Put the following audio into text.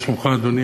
מה שלומך, אדוני?